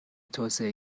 توسعه